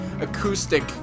acoustic